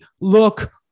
look